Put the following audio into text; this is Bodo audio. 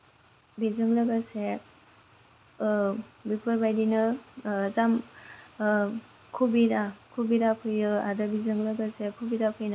बेजों लोगोसे बेफोरबायदिनो जाम कबिरा फैयो आरो बेजों लोगोसे कबिरा फैनानै